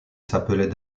s’appelait